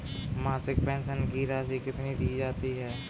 मासिक पेंशन की राशि कितनी दी जाती है?